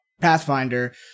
Pathfinder